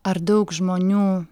ar daug žmonių